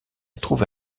trouver